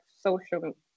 social